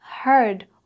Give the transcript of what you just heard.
heard